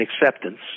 acceptance